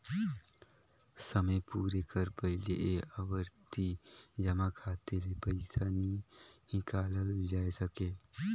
समे पुरे कर पहिले ए आवरती जमा खाता ले पइसा नी हिंकालल जाए सके